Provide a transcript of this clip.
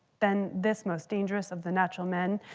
then this most dangerous of the natural men,